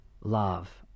love